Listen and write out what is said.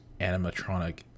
animatronic